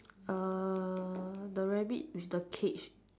uh the rabbit with the cage